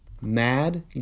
Mad